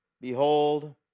Behold